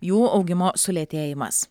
jų augimo sulėtėjimas